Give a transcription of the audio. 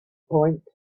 point